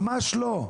ממש לא.